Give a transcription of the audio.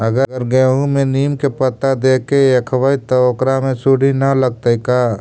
अगर गेहूं में नीम के पता देके यखबै त ओकरा में सुढि न लगतै का?